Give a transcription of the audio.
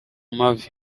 mavi